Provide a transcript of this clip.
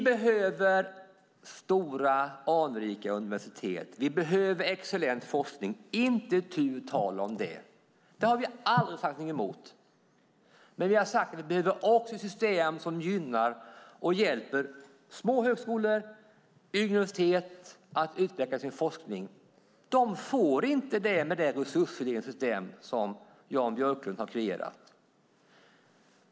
Vi behöver stora anrika universitet. Vi behöver excellent forskning. Det är inte tu tal om det. Det har vi aldrig sagt att vi är emot. Men vi har sagt att vi också behöver system som gynnar och hjälper små högskolor och yngre universitet att utveckla sin forskning. De får inte det med det resursfördelningssystem som Jan Björklund har kreerat.